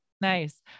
nice